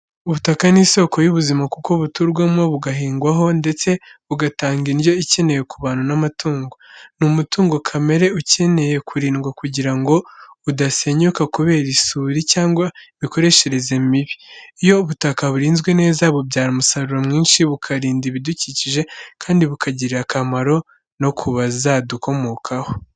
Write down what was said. Ubutaka ni isoko y'buzima kuko buturwamo, bugahingwaho ndetse bugatanga indyo ikenewe ku bantu n’amatungo. Ni umutungo kamere ukeneye kurindwa kugira ngo udasenyuka kubera isuri cyangwa imikoreshereze mibi. Iyo ubutaka burinzwe neza, bubyara umusaruro mwinshi, bukarinda ibidukikije, kandi bukagirira akamaro no ku bazadukomokaho.